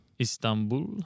Istanbul